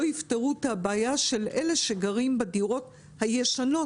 יפתרו את הבעיה של אלה שגרים בדירות הישנות.